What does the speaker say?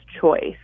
choice